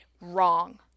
wrong